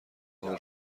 حال